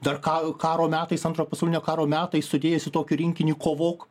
dar ka karo metais antro pasaulinio karo metais sudėjęs į tokį rinkinį kovok